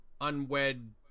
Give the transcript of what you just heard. unwed